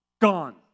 gone